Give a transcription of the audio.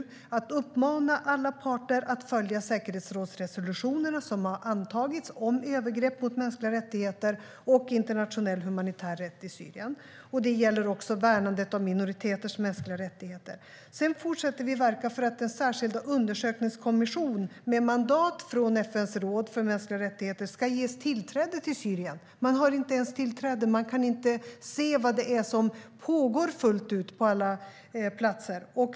Vi ska uppmana alla parter att följa säkerhetsrådsresolutionerna som har antagits om övergrepp mot mänskliga rättigheter och internationell humanitär rätt i Syrien. Det gäller också värnandet av minoriteters mänskliga rättigheter. Sedan fortsätter vi att verka för att den särskilda undersökningskommissionen med mandat från FN:s råd för mänskliga rättigheter ska ges tillträde till Syrien. Man har inte ens tillträde; man kan inte se vad det är som pågår fullt ut på alla platser.